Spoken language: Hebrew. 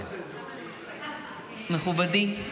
מכובדי,